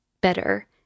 better